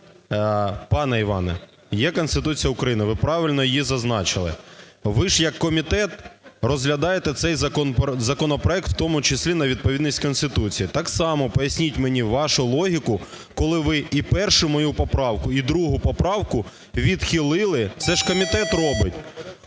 Пане Іване, є Конституція України, ви правильно її зазначили. Ви ж як комітет розглядаєте цей законопроект в тому числі на відповідність Конституції. Так само поясніть мені вашу логіку, коли ви і першу мою поправку, і другу поправку відхилили? Це ж комітет робить.